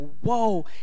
whoa